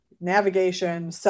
navigation